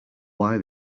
why